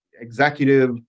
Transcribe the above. executive